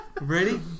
Ready